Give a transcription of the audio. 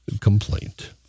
complaint